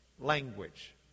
language